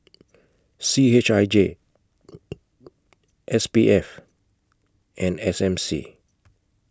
C H I J S P F and S M C